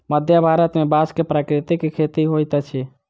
मध्य भारत में बांस के प्राकृतिक खेती होइत अछि